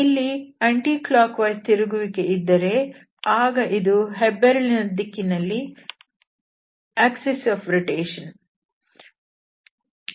ಇಲ್ಲಿ ಅಪ್ರದಕ್ಷಿಣಾಕಾರದ ತಿರುಗುವಿಕೆ ಇದ್ದರೆ ಆಗ ಇದು ಹೆಬ್ಬೆರಳಿನ ದಿಕ್ಕಿನಲ್ಲಿ ಪರಿಭ್ರಮಣದ ಅಕ್ಷರೇಖೆ